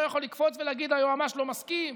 יכול לקפוץ ולהגיד: היועמ"ש לא מסכים,